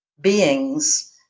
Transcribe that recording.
beings